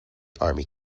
army